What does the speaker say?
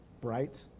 bright